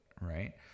right